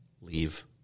leave